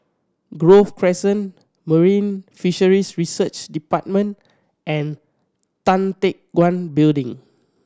Grove Crescent Marine Fisheries Research Department and Tan Teck Guan Building